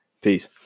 Peace